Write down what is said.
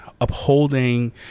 upholding